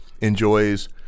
enjoys